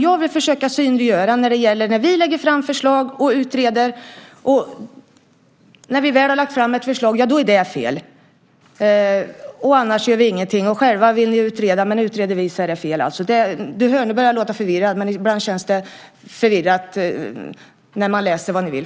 Jag vill försöka synliggöra att när vi utreder och lägger fram förslag är det fel. Själva vill ni utreda, men om vi utreder är det fel. Nu börjar jag låta förvirrad. Ibland känns det förvirrat när man läser vad ni vill.